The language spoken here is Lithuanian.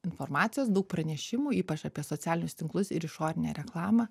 informacijos daug pranešimų ypač apie socialinius tinklus ir išorinę reklamą